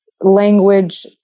language